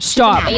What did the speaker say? Stop